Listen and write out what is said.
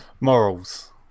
Morals